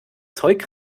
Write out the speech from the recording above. zeug